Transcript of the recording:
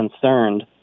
concerned